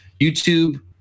YouTube